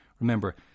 remember